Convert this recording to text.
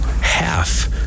half